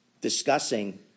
Discussing